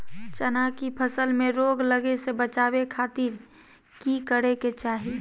चना की फसल में रोग लगे से बचावे खातिर की करे के चाही?